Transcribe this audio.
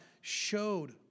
showed